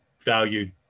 valued